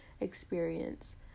experience